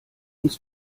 uns